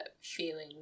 feeling